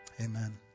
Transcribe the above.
Amen